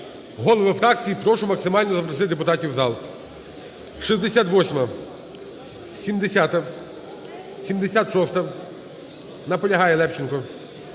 Голови фракцій, прошу максимально запросити депутатів у зал. 68-а, 70-а. 76-а, наполягає Левченко.